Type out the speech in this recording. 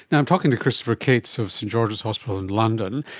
and i'm talking to christopher cates of st george's hospital in london.